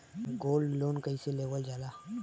Gold loan कईसे लेवल जा ला?